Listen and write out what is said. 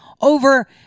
over